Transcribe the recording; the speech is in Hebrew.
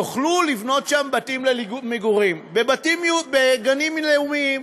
יוכלו לבנות שם בתים למגורים, בגנים לאומיים.